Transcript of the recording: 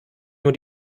nur